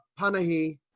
Panahi